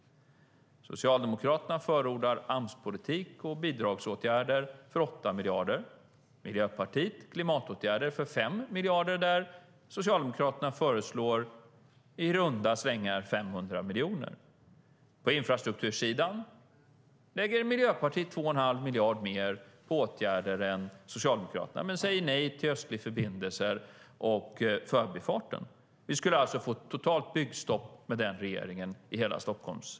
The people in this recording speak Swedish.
Socialdemokraterna förordar Amspolitik och bidragsåtgärder för 8 miljarder. Miljöpartiet förordar klimatåtgärder för 5 miljarder, medan Socialdemokraterna föreslår i runda slängar 500 miljoner där. På infrastruktursidan lägger Miljöpartiet 2 1⁄2 miljard mer på åtgärder än Socialdemokraterna men säger nej till den östliga förbindelsen och till Förbifarten.